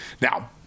Now